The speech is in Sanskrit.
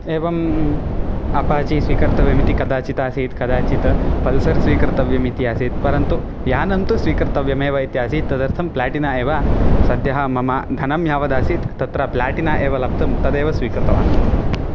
एवम् अपाची स्वीकर्तव्यमिति कदाचित् आसीत् कदाचित् पल्सर् स्वीकर्तव्यमिति आसीत् परन्तु यानं तु स्वीकर्तव्यमेव इति आसीत् तदर्थं प्लेटिना एव सद्यः मम धनं यावदासीत् तत्र प्लेटिना एव लब्धं तदेव स्वीकृतवानहम्